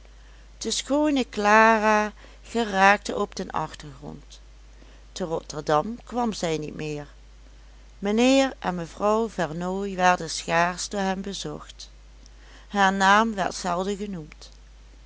de schoone clara geraakte op den achtergrond te rotterdam kwam zij niet meer mijnheer en mevrouw vernooy werden schaarsch door hem bezocht haar naam werd zelden genoemd